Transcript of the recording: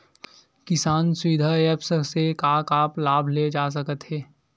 किसान सुविधा एप्प से का का लाभ ले जा सकत हे?